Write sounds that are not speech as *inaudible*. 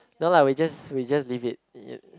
no lah we just we just leave it *noise*